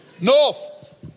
North